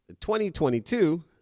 2022